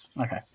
Okay